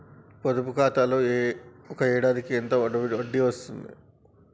పొదుపు ఖాతాలో ఒక ఏడాదికి ఎంత వడ్డీ వస్తది?